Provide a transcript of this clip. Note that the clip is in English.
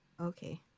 okay